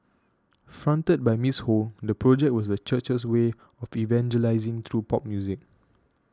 fronted by Miss Ho the project was the church's way of evangelising through pop music